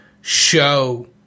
show